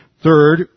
Third